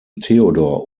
theodor